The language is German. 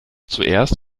zuerst